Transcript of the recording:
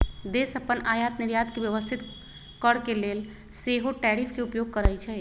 देश अप्पन आयात निर्यात के व्यवस्थित करके लेल सेहो टैरिफ के उपयोग करइ छइ